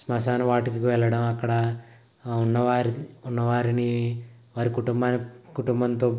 స్మశాన వాటికకి వెళ్లడం అక్కడ ఉన్నవారి ఉన్నవారిని వారి కుటుంబాన్ని కుటుంబంతో